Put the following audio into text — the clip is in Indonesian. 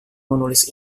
menulis